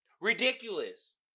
ridiculous